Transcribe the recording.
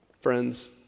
Friends